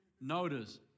Notice